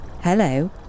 hello